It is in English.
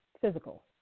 physical